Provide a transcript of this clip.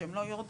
שהם לא יורדים,